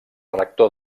rector